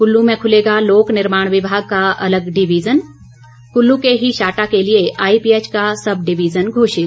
कुल्लू में खुलेगा लोक निर्माण विभाग का अलग डिविजन कुल्लू के ही शाटा के लिए आईपीएच का सब डिविजन घोषित